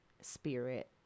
spirit